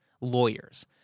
lawyers